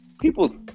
people